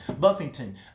Buffington